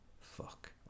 fuck